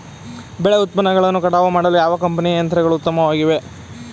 ಬೆಳೆ ಉತ್ಪನ್ನಗಳನ್ನು ಕಟಾವು ಮಾಡಲು ಯಾವ ಕಂಪನಿಯ ಯಂತ್ರಗಳು ಉತ್ತಮವಾಗಿವೆ?